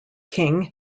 king